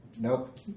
Nope